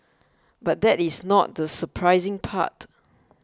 but that is not the surprising part